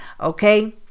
okay